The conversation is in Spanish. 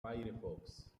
firefox